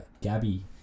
Gabby